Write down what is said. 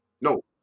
No